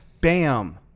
bam